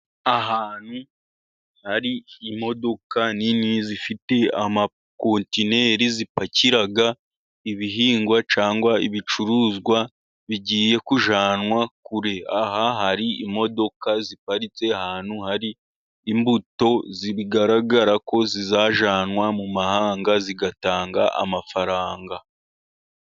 Ahantu hari imodoka nini zifite amakontineri zipakira ibihingwa cyangwa ibicuruzwa bigiye kujyanwa kure. Aha hari imodoka ziparitse ahantu hari imbuto zigaragara ko zizajyanwa mu mahanga zigatanga amafaranga.